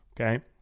Okay